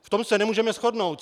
V tom se nemůžeme shodnout.